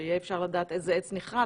שיהיה אפשר לדעת איזה עץ נכרת,